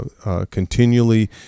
continually